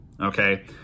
Okay